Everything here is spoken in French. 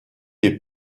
des